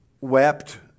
wept